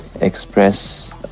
express